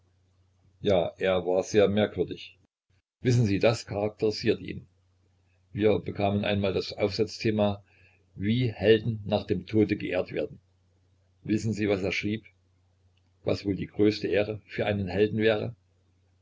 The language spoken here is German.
ja er war sehr merkwürdig wissen sie das charakterisiert ihn wir bekamen einmal das aufsatzthema wie helden nach dem tode geehrt werden wissen sie was er schrieb was wohl die größte ehre für einen helden wäre